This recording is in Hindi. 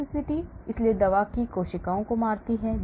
cytotoxicity इसलिए दवा कोशिकाओं को मारती है